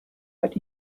what